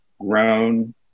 grown